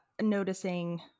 noticing